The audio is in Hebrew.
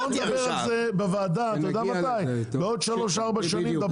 בוא נדבר על זה בוועדה בעוד שלוש-ארבע שנים.